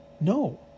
no